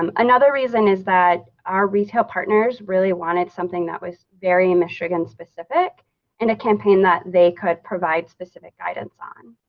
um another reason is that our retail partners really wanted something that was very michigan specific in a campaign that they could provide specific guidance on,